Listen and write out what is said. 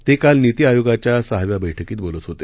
ते काल नीती आयोगाच्या सहाव्या बैठकीत बोलत होते